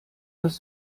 das